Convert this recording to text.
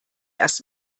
erst